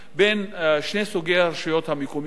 בין שני סוגי הרשויות המקומיות,